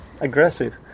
aggressive